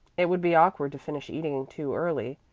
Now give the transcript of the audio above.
it would be awkward to finish eating too early,